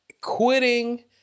quitting